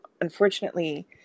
unfortunately